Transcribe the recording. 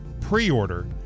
pre-order